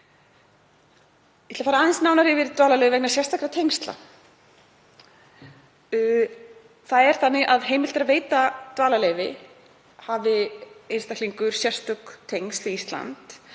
Ég ætla að fara aðeins nánar yfir dvalarleyfi vegna sérstakra tengsla sem er þannig að heimilt er að veita dvalarleyfi hafi einstaklingur sérstök tengsl við Ísland.